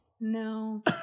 No